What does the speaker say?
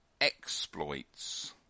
exploits